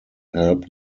help